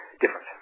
different